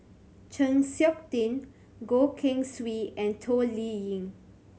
Chng Seok Tin Goh Keng Swee and Toh Liying